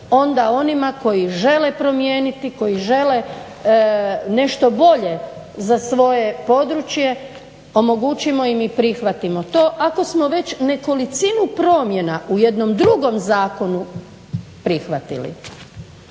onda onima koji žele promijeniti, koji žele nešto bolje za svoje područje, omogućimo im i prihvatimo to. Ako smo već nekolicinu promjena u jednom drugom zakonu prihvatili.